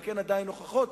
רק אין עדיין הוכחות,